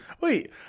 wait